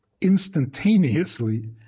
instantaneously